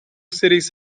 cities